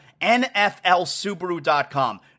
nflsubaru.com